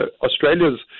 Australia's